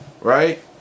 right